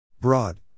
Broad